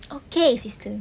okay sister